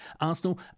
Arsenal